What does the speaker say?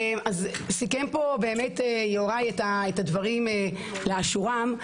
סיכם פה באמת יוראי את הדברים לאשורם.